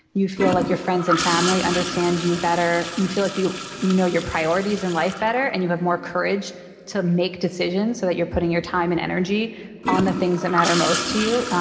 you feel like your friends and family understand you better, you feel like you you know your priorities in life better and you have more courage to make decisions so that you're putting your time and energy on the things that matter most to you.